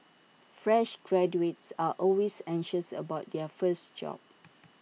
fresh graduates are always anxious about their first job